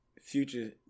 Future